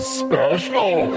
special